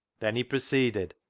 then he proceeded,